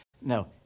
No